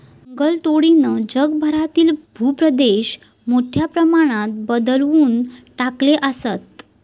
जंगलतोडीनं जगभरातील भूप्रदेश मोठ्या प्रमाणात बदलवून टाकले आसत